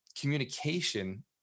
communication